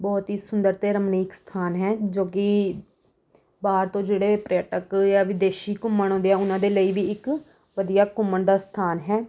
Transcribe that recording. ਬਹੁਤ ਹੀ ਸੁੰਦਰ ਅਤੇ ਰਮਨੀਕ ਸਥਾਨ ਹੈ ਜੋ ਕਿ ਬਾਹਰ ਤੋਂ ਜਿਹੜੇ ਪ੍ਰਯਟਕ ਜਾਂ ਵਿਦੇਸ਼ੀ ਘੁੰਮਣ ਆਉਂਦੇ ਹੈ ਉਹਨਾਂ ਦੇ ਲਈ ਵੀ ਇੱਕ ਵਧੀਆ ਘੁੰਮਣ ਦਾ ਸਥਾਨ ਹੈ